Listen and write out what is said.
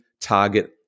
target